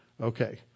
Okay